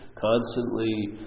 Constantly